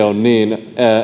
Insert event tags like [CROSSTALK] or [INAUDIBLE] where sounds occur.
[UNINTELLIGIBLE] on niin